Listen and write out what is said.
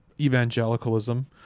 evangelicalism